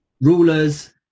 rulers